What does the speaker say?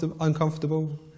uncomfortable